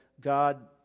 God